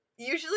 usually